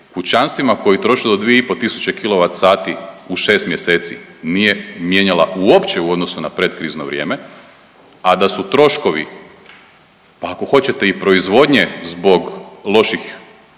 kućanstvima koji troše do 2500 kWh u 6 mjeseci nije mijenjala uopće u odnosu na pretkrizno vrijeme, a da su troškovi, pa ako hoćete i proizvodnje zbog loših